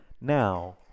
now